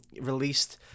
released